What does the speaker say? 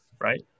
right